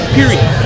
Period